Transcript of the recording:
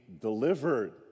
delivered